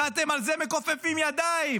ועל זה אתם מכופפים ידיים.